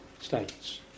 states